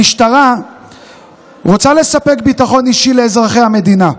המשטרה רוצה לספק ביטחון אישי לאזרחי המדינה,